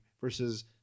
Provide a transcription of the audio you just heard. versus